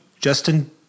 Justin